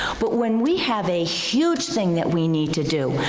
but when we have a huge thing that we need to do,